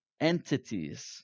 entities